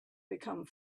become